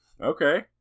okay